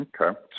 Okay